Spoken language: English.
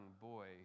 boy